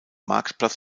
marktplatz